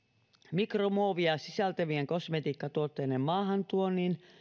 mikromuovia sisältävien kosmetiikkatuotteiden maahantuonnin